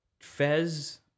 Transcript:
Fez